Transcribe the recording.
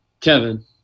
Kevin